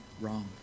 wrong